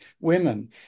women